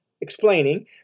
explaining